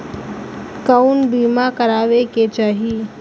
कउन बीमा करावें के चाही?